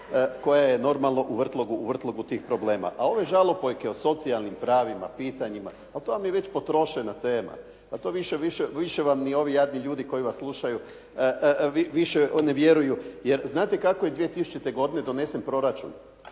koja je normalno u vrtlogu tih problema. A ove žalopojke o socijalnim pravima, pitanjima, pa to vam je već potrošena tema. Pa to više vam ni ovi jadni ljudi koji vas slušaju više ne vjeruju. Jer, znate kako je 2000. godine donesen proračun.